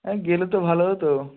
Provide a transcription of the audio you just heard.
হ্যাঁ গেলে তো ভালো হত